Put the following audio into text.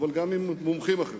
אבל גם עם מומחים אחרים.